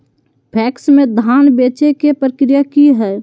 PACS में धाम बेचे के प्रक्रिया की हय?